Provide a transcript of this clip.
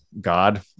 God